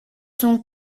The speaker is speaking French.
son